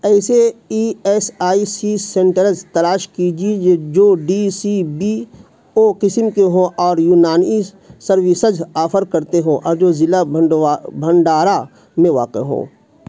ایسے E S I C centres تلاش کیجیے جو ڈی سی بی او قسم کے ہوں اور یونانی سروسز آفر کرتے ہوں اور جو ضلع بھنڈارا میں واقع ہوں